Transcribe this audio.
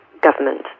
government